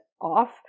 off